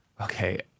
okay